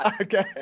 Okay